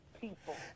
people